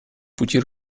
пути